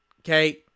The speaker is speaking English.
Okay